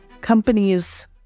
companies